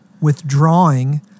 withdrawing